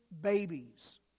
babies